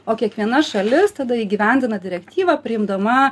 o kiekviena šalis tada įgyvendina direktyvą priimdama